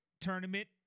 tournament